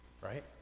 Right